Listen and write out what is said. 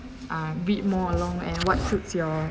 uh bid more along and what suit your